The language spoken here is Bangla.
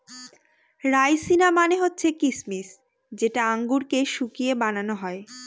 রাইসিনা মানে হচ্ছে কিসমিস যেটা আঙুরকে শুকিয়ে বানানো হয়